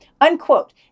Unquote